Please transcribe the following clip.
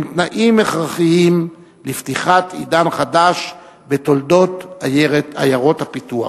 הם תנאים הכרחיים לפתיחת עידן חדש בתולדות עיירות הפיתוח.